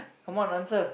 come on answer